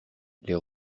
les